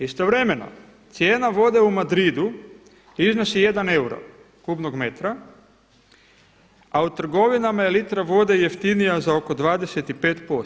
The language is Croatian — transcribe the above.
Istovremeno cijena vode u Madridu iznosi 1 euro kubnog metra, a u trgovinama je litra vode jeftinija za oko 25%